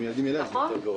מרכז, כולם.